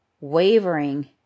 wavering